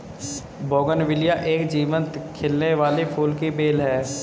bougainvillea एक जीवंत खिलने वाली फूल की बेल है